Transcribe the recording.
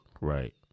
Right